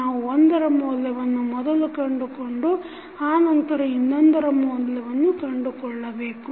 ನಾವು ಒಂದರ ಮೌಲ್ಯವನ್ನು ಮೊದಲು ಕಂಡುಕೊಂಡು ಆನಂತರ ಇನ್ನೊಂದರ ಮೌಲ್ಯವನ್ನು ಕಂಡು ಕೊಳ್ಳಬೇಕು